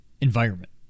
environment